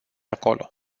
acolo